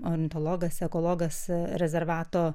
ornitologas ekologas rezervato